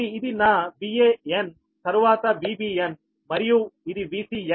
కాబట్టి ఇది నా VAnతరువాత VBn మరియు ఇది VCn